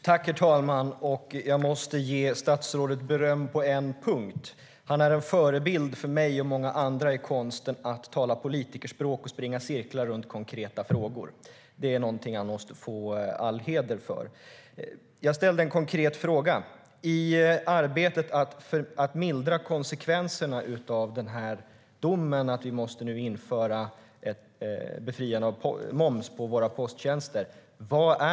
Herr talman! Jag måste ge statsrådet beröm på en punkt: Han är en förebild för mig och många andra när det gäller konsten att tala politikerspråk och springa i cirklar runt konkreta frågor. Det är något han ska ha all heder av. Jag ställde en konkret fråga. Vad är det man har gjort i arbetet med att mildra konsekvenserna av domen om att vi nu måste momsbefria våra posttjänster?